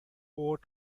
oat